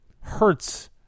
hurts